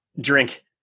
drink